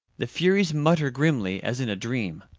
the furies mutter grimly, as in a dream.